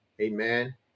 amen